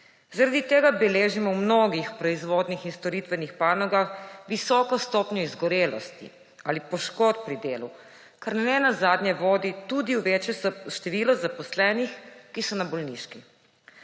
Zaradi tega beležimo v mnogih proizvodnih in storitvenih panogah visoko stopnjo izgorelosti ali poškodb pri delu, kar nenazadnje vodi tudi v večje število zaposlenih, ki so na bolniški.